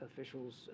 officials